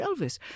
Elvis